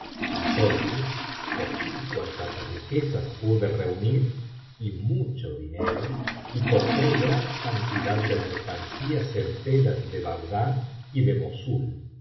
entonces cogi cuantas riquezas pude reunir y mucho dinero y compré gran cantidad de mercancías en telas de bagdad y de mossul